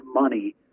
money